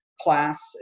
class